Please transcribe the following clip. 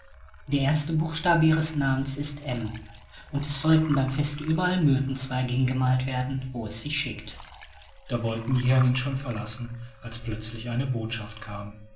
der erste buchstabe ihres namens ist m und es sollen beim feste überall myrtenzweige hingemalt werden wo es sich schickt da wollten die herren ihn schon verlassen als plötzlich eine botschaft kam